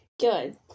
good